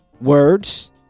words